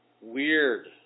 Weird